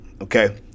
Okay